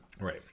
Right